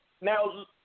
Now